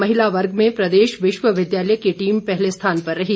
महिला वर्ग में प्रदेश विश्वविद्यालय की टीम पहले स्थान पर रही